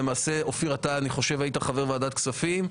אופיר, אתה היית חבר ועדת כספים.